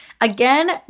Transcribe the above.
Again